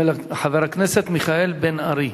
חבר הכנסת מיכאל בן-ארי.